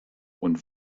und